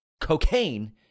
cocaine